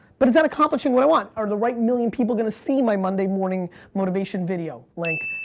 but is that accomplishing what i want? are the right million people gonna see my monday morning motivation video? link.